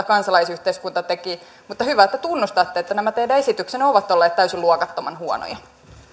kansalaisyhteiskunta tekivät mutta hyvä että tunnustatte että nämä teidän esityksenne ovat olleet täysin luokattoman huonoja